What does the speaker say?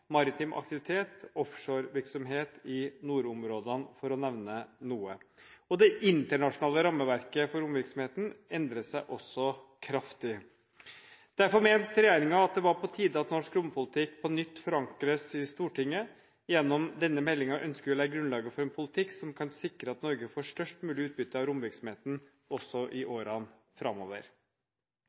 maritim aktivitet, og offshorevirksomhet i nordområdene – for å nevne noen. Det internasjonale rammeverket for romvirksomhet endrer seg også kraftig. Derfor mente regjeringen det var på tide at norsk rompolitikk på nytt forankres i Stortinget. Gjennom denne meldingen ønsker vi å legge grunnlaget for en politikk som kan sikre at Norge får størst mulig utbytte av romvirksomhet også i årene framover.